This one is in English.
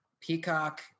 peacock